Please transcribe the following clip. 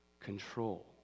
control